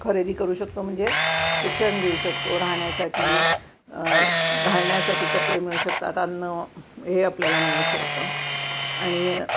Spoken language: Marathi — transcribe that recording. खरेदी करू शकतो म्हणजे शिक्षण घेऊ शकतो राहण्यासाठी घालण्यासाठी कपडे मिळू शकतात अन्न हे आपल्याला मिळू शकतं आणि